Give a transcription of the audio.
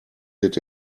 did